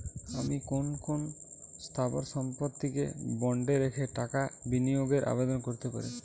আমি কোন কোন স্থাবর সম্পত্তিকে বন্ডে রেখে টাকা বিনিয়োগের আবেদন করতে পারি?